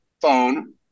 phone